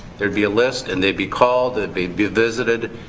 there'd be a list and they'd be called. they'd be visited.